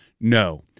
No